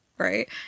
right